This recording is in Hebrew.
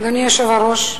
אדוני היושב-ראש,